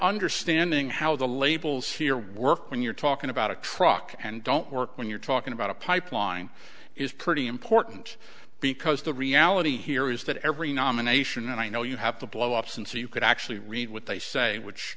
understanding how the labels here work when you're talking about a truck and don't work when you're talking about a pipeline is pretty important because the reality here is that every nomination and i know you have to blow up since you could actually read what they say which